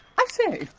i say,